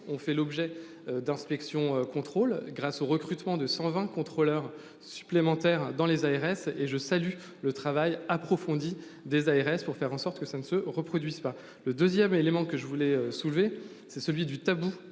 ont fait l'objet d'inspection, contrôle, grâce au recrutement de 120 contrôleurs supplémentaires dans les ARS et je salue le travail approfondi des ARS pour faire en sorte que ça ne se reproduise pas le 2ème élément que je voulais soulever c'est celui du tabou